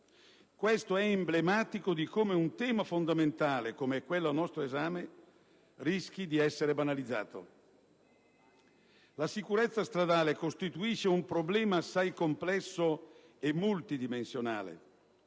Questo è emblematico di come un tema fondamentale come quello al nostro esame rischi di essere banalizzato. La sicurezza stradale costituisce un problema assai complesso e multidimensionale